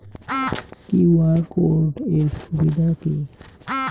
QR code এর সুবিধা কি?